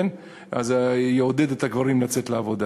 זה יעודד את הגברים לצאת לעבודה.